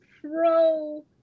pro